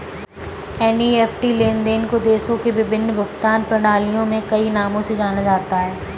NEFT लेन देन को देशों और विभिन्न भुगतान प्रणालियों में कई नामों से जाना जाता है